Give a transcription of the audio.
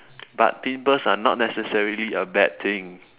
but pimples are not necessary a bad thing